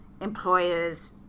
employers